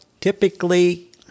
Typically